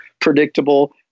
predictable